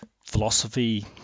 philosophy